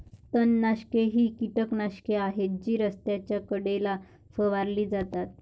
तणनाशके ही कीटकनाशके आहेत जी रस्त्याच्या कडेला फवारली जातात